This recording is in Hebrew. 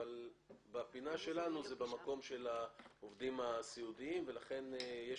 אבל בפינה שלנו זה במקום של העובדים הסיעודיים ולכן יש